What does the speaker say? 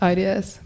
Ideas